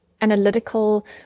analytical